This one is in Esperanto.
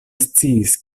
sciis